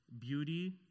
beauty